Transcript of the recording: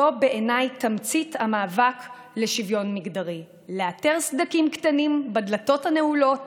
זו בעיניי תמצית המאבק לשוויון מגדרי: לאתר סדקים קטנים בדלתות הנעולות